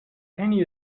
any